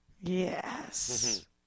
Yes